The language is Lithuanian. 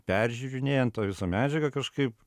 peržiūrinėjant tą visą medžiagą kažkaip